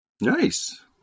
Nice